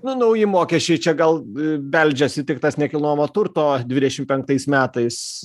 nu nauji mokesčiai čia gal beldžiasi tik tas nekilnojamo turto dvidešim penktais metais